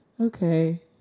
okay